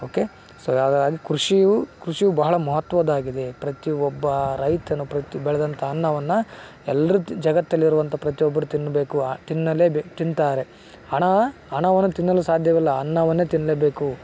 okay so ಯಾವ ಯಾವುದು ಕೃಷಿಯು ಕೃಷಿಯು ಬಹಳ ಮಹತ್ವದ್ದಾಗಿದೆ ಪ್ರತಿ ಒಬ್ಬ ರೈತನು ಪ್ರತಿ ಬೆಳೆದಂತ ಅನ್ನವನ್ನು ಎಲ್ಲರು ಜಗತ್ತಲ್ಲಿರುವಂತ ಪ್ರತಿಯೊಬ್ಬರು ತಿನ್ನಬೇಕು ತಿನ್ನಲೇ ಬೆ ತಿಂತಾರೆ ಹಣ ಹಣವನ್ನು ತಿನ್ನಲು ಸಾಧ್ಯವಿಲ್ಲ ಅನ್ನವನ್ನೆ ತಿನ್ನಲೆಬೇಕು